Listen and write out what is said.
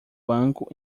banco